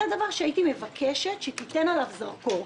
זה דבר שהייתי מבקשת שתיתן עליו זרקור,